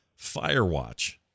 Firewatch